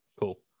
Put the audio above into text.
cool